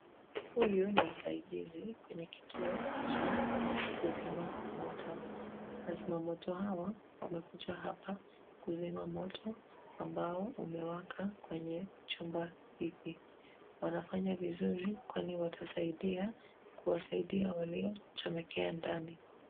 Huyu ni msaidizi kwenye kituo cha kuzima moto , wazima moto hawa wamekuja hapa kuzima moto ambao umewaka kwenye chumba hiki , wanafanya vizuri kwani watasaidia kuwasaidia waliochomekea ndani.